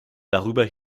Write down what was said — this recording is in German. darüber